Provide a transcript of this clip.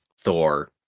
thor